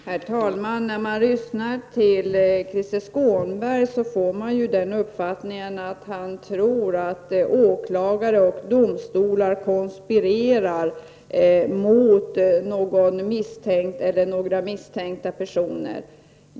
Herr talman! När man lyssnar till Krister Skånberg får man uppfattningen att han tror att åklagare och domstolar konspirerar mot misstänkta personer.